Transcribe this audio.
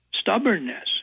stubbornness